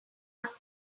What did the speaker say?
greg